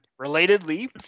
relatedly